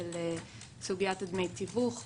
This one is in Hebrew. של סוגיית דמי התיווך.